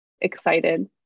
excited